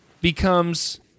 becomes